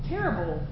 Terrible